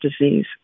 disease